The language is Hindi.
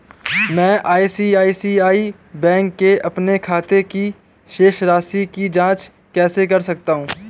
मैं आई.सी.आई.सी.आई बैंक के अपने खाते की शेष राशि की जाँच कैसे कर सकता हूँ?